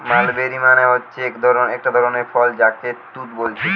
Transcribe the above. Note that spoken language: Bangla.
মালবেরি মানে হচ্ছে একটা ধরণের ফল যাকে তুত বোলছে